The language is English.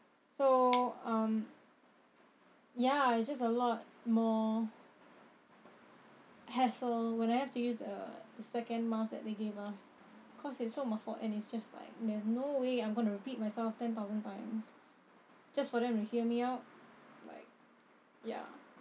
so um ya it's just a lot more hassle when I have to use the the second mask that they gave us cause it's so muffled and it's just like there's no way I'm going to repeat myself ten thousand times just for them to hear me out like ya